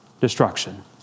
destruction